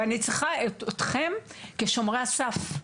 ואני צריכה אתכם כשומרי הסף.